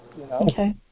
Okay